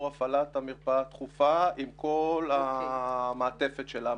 הפעלת המרפאה הדחופה עם כל המעטפת שלה.